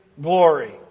glory